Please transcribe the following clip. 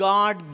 God